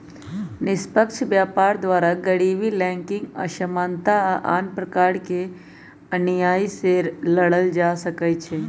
निष्पक्ष व्यापार द्वारा गरीबी, लैंगिक असमानता आऽ आन प्रकार के अनिआइ से लड़ल जा सकइ छै